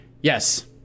Yes